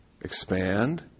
expand